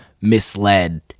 misled